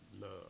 love